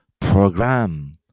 program